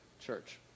church